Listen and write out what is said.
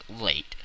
late